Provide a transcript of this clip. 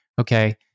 Okay